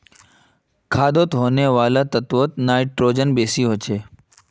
खादोत इस्तेमाल होने वाला तत्वोत नाइट्रोजनेर मात्रा बेसी होचे